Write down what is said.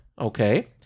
okay